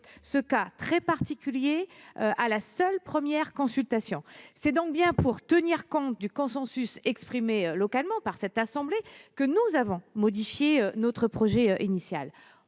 ce cas très particulier à la seule première consultation. C'est donc bien pour tenir compte du consensus exprimé localement par cette assemblée que nous avons modifié notre projet initial.